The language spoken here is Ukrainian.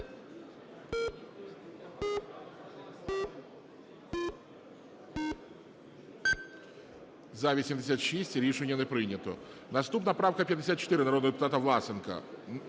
За-86 Рішення не прийнято. Наступна правка 54, народного депутата Власенка.